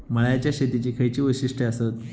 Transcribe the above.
मळ्याच्या शेतीची खयची वैशिष्ठ आसत?